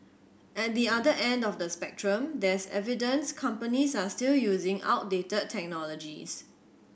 at the other end of the spectrum there's evidence companies are still using outdated technologies